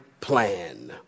plan